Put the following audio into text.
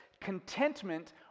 contentment